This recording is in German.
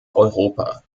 europa